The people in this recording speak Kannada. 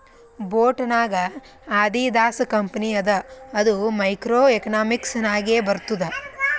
ಬೋಟ್ ನಾಗ್ ಆದಿದಾಸ್ ಕಂಪನಿ ಅದ ಅದು ಮೈಕ್ರೋ ಎಕನಾಮಿಕ್ಸ್ ನಾಗೆ ಬರ್ತುದ್